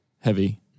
heavy